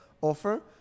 offer